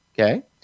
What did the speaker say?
Okay